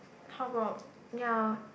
how about ya